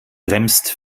bremst